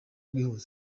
bwihuse